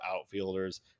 outfielders